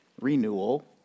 renewal